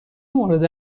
مورد